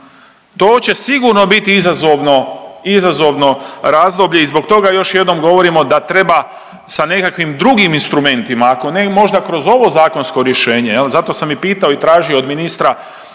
To će sigurno biti izazovno razdoblje i zbog toga još jednom govorimo da treba sa nekakvim drugim instrumentima, ako ne i možda kroz ovo zakonsko rješenje, zato sami pitao i tražio od ministra